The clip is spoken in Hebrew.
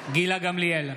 גמליאל,